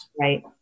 right